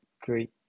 great